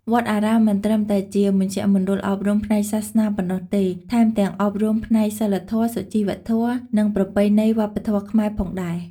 វត្តអារាមមិនត្រឹមតែជាមជ្ឈមណ្ឌលអប់រំផ្នែកសាសនាប៉ុណ្ណោះទេ ថែមទាំងអប់រំផ្នែកសីលធម៌ សុជីវធម៌ និងប្រពៃណីវប្បធម៌ខ្មែរផងដែរ។